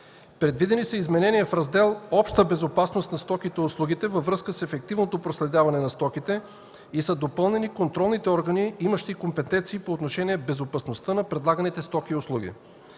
Предвидени са изменения в раздел „Обща безопасност на стоките и услугите” във връзка с ефективното проследяване на стоките и са допълнени контролните органи, имащи компетенции по отношение безопасността на предлаганите стоки и услуги.